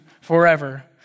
forever